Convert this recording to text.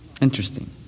Interesting